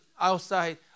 outside